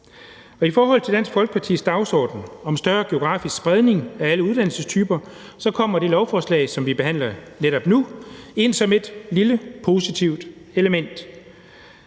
I forhold til Dansk Folkepartis dagsorden om større geografisk spredning af alle uddannelsestyper kommer det lovforslag, som vi behandler netop nu, ind som et lille positivt element.